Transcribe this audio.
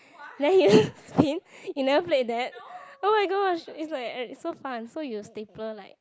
then you you you never play that oh-my-gosh it's like eh so fun so you stapler like